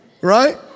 right